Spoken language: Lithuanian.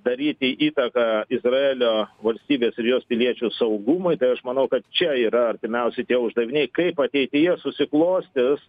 daryti įtaką izraelio valstybės ir jos piliečių saugumui tai aš manau kad čia yra artimiausi tie uždaviniai kaip ateityje susiklostys